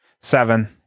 Seven